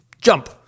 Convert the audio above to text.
jump